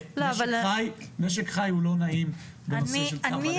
משק חי הוא לא נעים בנושא של צער בעלי חיים,